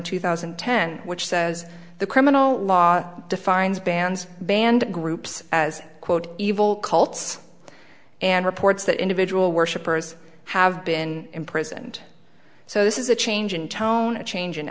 two thousand and ten which says the criminal law defines bans band groups as quote evil cults and reports that individual worshippers have been imprisoned so this is a change in tone a change